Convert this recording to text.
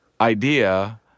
idea